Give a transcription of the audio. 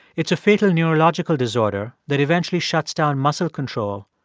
it's a fatal neurological disorder that eventually shuts down muscle control,